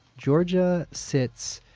georgia sits